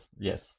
Yes